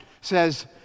says